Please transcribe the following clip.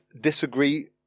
disagree